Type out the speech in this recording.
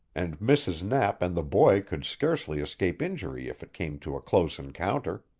and mrs. knapp and the boy could scarcely escape injury if it came to a close encounter.